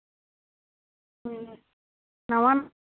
ᱱᱟᱣᱟᱱ